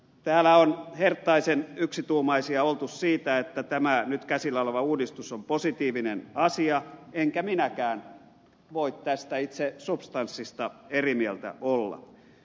täällä on herttaisen yksituumaisia oltu siitä että tämä nyt käsillä oleva uudistus on positiivinen asia enkä minäkään voi tästä itse substanssista eri mieltä olla